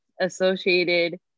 associated